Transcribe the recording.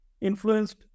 influenced